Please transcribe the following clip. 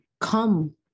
come